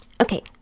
okay